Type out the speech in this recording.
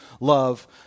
love